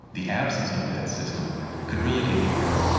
the absence of that system could really get you hurt.